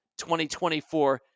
2024